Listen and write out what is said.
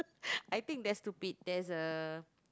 I think that's stupid there is a